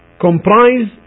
comprise